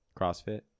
CrossFit